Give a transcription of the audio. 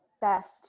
best